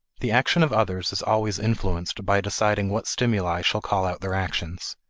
the action of others is always influenced by deciding what stimuli shall call out their actions.